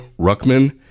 Ruckman